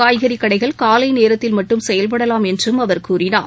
காய்கறி கடைகள் காலை நேரத்தில் மட்டும் செயல்படலாம் என்றும் அவர் கூறினார்